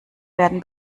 werden